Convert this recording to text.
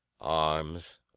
Arms